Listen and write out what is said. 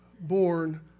born